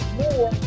more